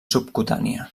subcutània